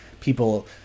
people